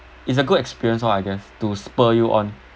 it's a good experience lor I guess to spur you on